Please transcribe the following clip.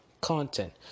content